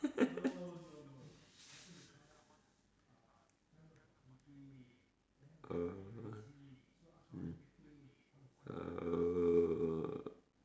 oh mm oh